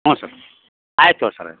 ಹ್ಞೂ ಸರ್ ಆಯ್ತು ತೊಗೋರಿ ಸರ